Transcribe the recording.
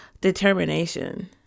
determination